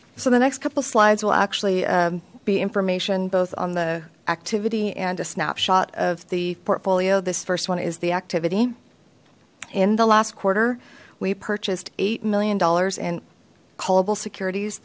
so the next couple slides will actually be information both on the activity and a snapshot of the portfolio this first one is the activity in the last quarter we purchased eight million dollars in callable securities